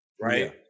right